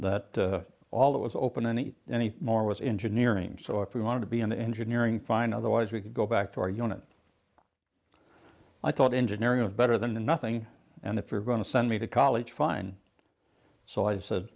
that all that was open any any more was engine earing so if we wanted to be an engineering fine otherwise we could go back to our unit i thought engineering was better than nothing and if you're going to send me to college fine so i said